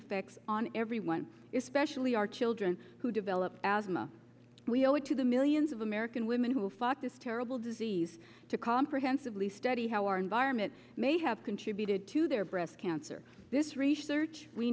effects on everyone is specially our children who develop asthma we owe it to the millions of american women who fought this terrible disease to comprehensively study how our environment may have contributed to their breast cancer this research we